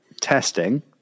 testing